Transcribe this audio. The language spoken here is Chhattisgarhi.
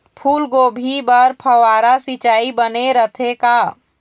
फूलगोभी बर फव्वारा सिचाई बने रथे का?